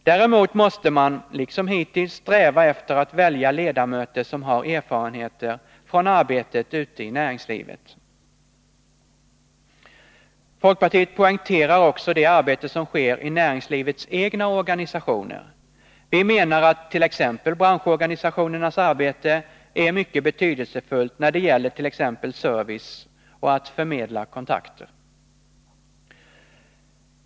Däremot måste man, liksom hittills, sträva efter att välja ledamöter som har erfarenheter från arbetet ute i näringslivet. Folkpartiet poängterar också det arbete som sker i näringslivets egna organisationer. Vi menar att t.ex. branschorganisationernas arbete är mycket betydelsefullt när det gäller t.ex. service och att förmedla kontakter.